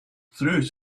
through